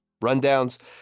rundowns